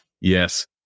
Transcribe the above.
Yes